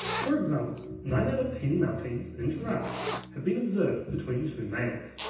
for example, nine out of ten mountings in giraffes have been observed between two males,